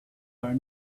are